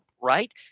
right